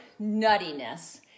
nuttiness